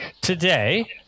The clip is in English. today